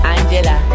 Angela